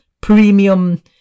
premium